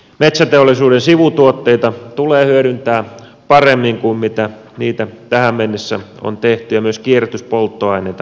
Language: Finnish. metsäteollisuuden sivutuotteita tulee hyödyntää paremmin kuin mitä tähän mennessä on tehty ja myös kierrätyspolttoaineita tulee lisätä